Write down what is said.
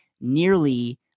nearly